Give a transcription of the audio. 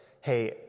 hey